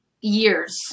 years